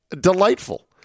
Delightful